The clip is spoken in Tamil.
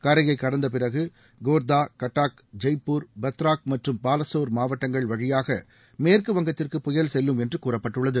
கரையை கடந்த பிறகு கோர்தா கட்டாக் ஜெய்ப்பூர் பத்ராக் மற்றம் பாலசோர் மாவட்டங்கள் வழியாக மேற்கு வங்கத்திற்கு புயல் செல்லும் என்று கூறப்பட்டுள்ளது